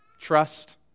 trust